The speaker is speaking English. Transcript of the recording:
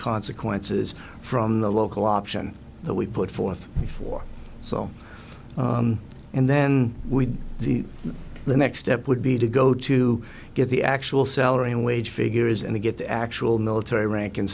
consequences from the local option that we put forth before so and then we did the the next step would be to go to get the actual salary and wage figures and get the actual military rank